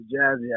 jazzy